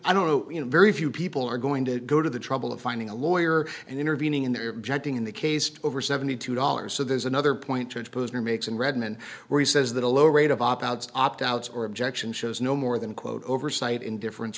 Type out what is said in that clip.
i don't know you know very few people are going to go to the trouble of finding a lawyer and intervening in their genting in the case over seventy two dollars so there's another point to posner makes in redmond where he says that a low rate of opt outs opt outs or objection shows no more than quote oversight indifference